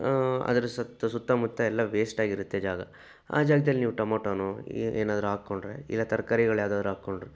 ಅದರ ಸುತ್ತ ಸುತ್ತ ಮುತ್ತ ಎಲ್ಲ ವೇಸ್ಟ್ ಆಗಿರುತ್ತೆ ಜಾಗ ಆ ಜಾಗದಲ್ಲಿ ನೀವು ಟೊಮಟೊನೋ ಏನಾದ್ರೂ ಹಾಕ್ಕೊಂಡ್ರೆ ಇಲ್ಲ ತರ್ಕಾರಿಗಳು ಯಾವ್ದಾದ್ರೂ ಹಾಕ್ಕೊಂಡ್ರೆ